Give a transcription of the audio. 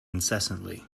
incessantly